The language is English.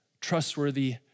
trustworthy